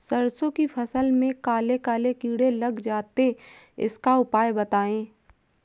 सरसो की फसल में काले काले कीड़े लग जाते इसका उपाय बताएं?